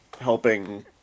helping